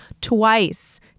twice